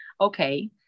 okay